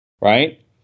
Right